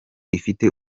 ifite